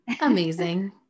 Amazing